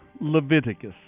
Leviticus